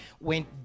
went